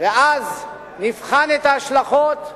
ואז נבחן את ההשלכות,